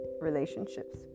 relationships